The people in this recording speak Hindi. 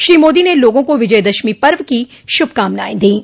श्री मोदी ने लोगों को विजयदशमी पर्व की श्रभकामनाएं दीं